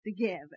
together